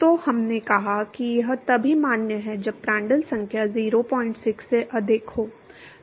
तो हमने कहा कि यह तभी मान्य है जब प्रांड्टल संख्या 06 से अधिक हो